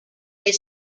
they